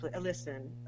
listen